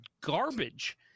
garbage